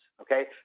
okay